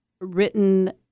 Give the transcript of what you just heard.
written